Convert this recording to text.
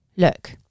look